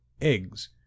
eggs